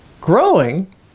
Growing